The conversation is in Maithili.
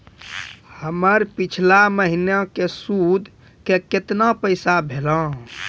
हमर पिछला महीने के सुध के केतना पैसा भेलौ?